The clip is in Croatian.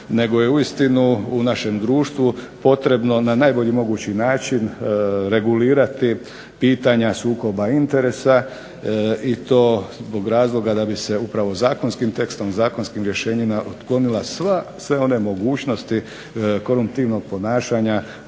nego je uistinu u našem društvu potrebno na najbolji mogući način regulirati pitanja sukoba interesa i to zbog razloga da bi se upravo zakonskim tekstom, zakonskim rješenjima otklonila sva, sve one mogućnosti korumptivnog ponašanja